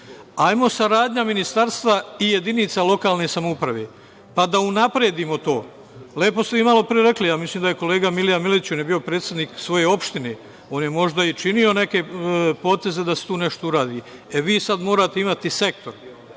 Hajmo saradnja ministarstva i jedinica lokalne samouprave, pa unapredimo to. Lepo ste vi malopre rekli, mislim da je kolega Milija Miletić, on je bio predsednik svoje opštine, on je možda i činio neke poteze da se tu nešto uradi. Vi sada morate imati sektor